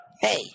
Hey